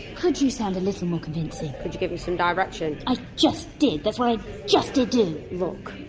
could you sound a little more convincing? could you give me some direction? i just did! that's what i just did do! look,